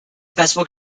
festival